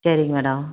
சரிங்க மேடம்